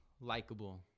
likable